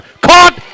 Caught